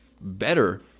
better